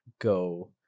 go